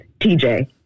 TJ